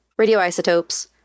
radioisotopes